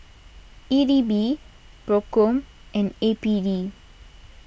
E D B Procom and A P D